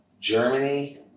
Germany